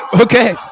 okay